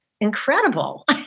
incredible